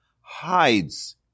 hides